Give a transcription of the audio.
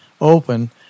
open